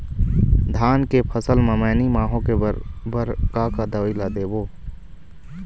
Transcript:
धान के फसल म मैनी माहो के बर बर का का दवई ला देबो?